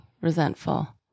resentful